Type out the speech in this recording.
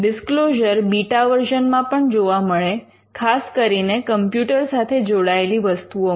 disclosure beta version મા પણ જોવા મળે ખાસ કરીને કમ્પ્યુટર સાથે જોડાયેલી વસ્તુઓમાં